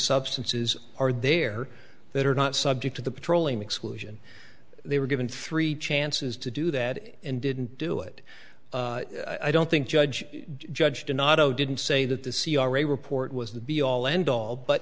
substances are there that are not subject to the petroleum exclusion they were given three chances to do that and didn't do it i don't think judge judge did not oh didn't say that the c r a report was the be all end all but